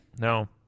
No